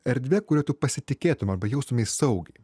erdvė kurioje tu pasitikėtum arba jaustumeis saugiai